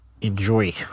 enjoy